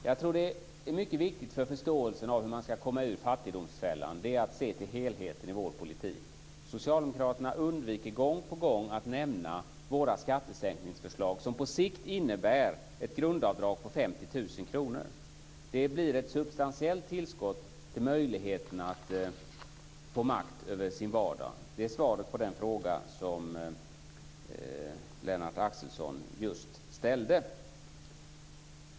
Fru talman! Jag tror att det är mycket viktigt för förståelsen för hur man ska komma ur fattigdomsfällan att se till helheten i vår politik. Socialdemokraterna undviker gång på gång att nämna våra skattesänkningsförslag, som på sikt innebär ett grundavdrag på 50 000 kr. Det blir ett substantiellt tillskott när det gäller människors möjlighet att få makt över sin vardag. Det är svaret på den fråga som Lennart Axelsson just ställde.